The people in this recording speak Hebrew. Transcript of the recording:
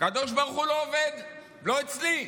הקדוש ברוך הוא לא עובד לא אצלי,